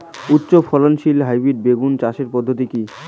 উচ্চ ফলনশীল হাইব্রিড বেগুন চাষের পদ্ধতি কী?